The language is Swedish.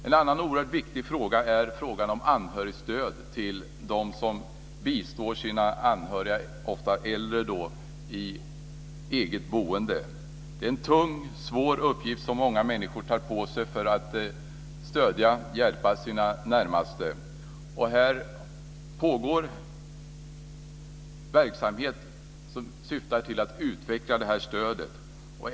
En annan oerhört viktig fråga är frågan om anhörigstöd till dem som bistår sina anhöriga, ofta äldre, i eget boende. Det är en tung och svår uppgift som många människor tar på sig för att stödja och hjälpa sina närmaste. Här pågår verksamhet som syftar till att utveckla det stödet.